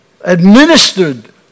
administered